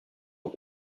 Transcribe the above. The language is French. aux